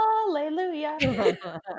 Hallelujah